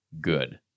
good